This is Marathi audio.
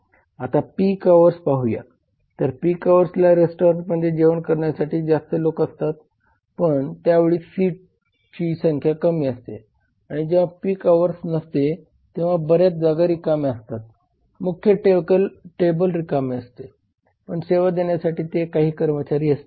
आता पीक अव्हर्स पाहूया तर पीक अव्हर्सला रेस्टॉरंटमध्ये जेवण करण्यासाठी जास्त लोक असतात पण त्यावेळी सीटची संख्या कमी असते आणि जेव्हा पीक अव्हर्स नसते तेव्हा बऱ्याच जागा रिकाम्या असतात मुख्य टेबल रिकामे असतात पण सेवा देण्यासाठी तेथे काही कर्मचारी असतात